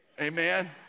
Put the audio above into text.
Amen